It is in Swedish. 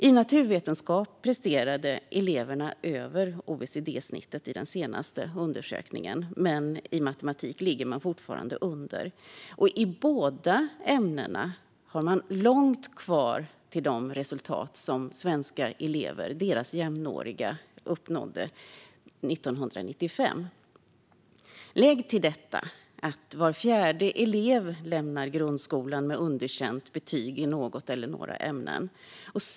I naturvetenskap presterade eleverna i den senaste undersökningen över OECD-snittet, men i matematik ligger de fortfarande under. I båda ämnena har man långt kvar till de resultat som svenska elever, deras jämnåriga, uppnådde 1995. Till detta kan läggas att var fjärde elev lämnar grundskolan med underkänt betyg i något eller några ämnen.